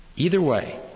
either way,